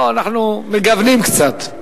לא, אנחנו מגוונים קצת.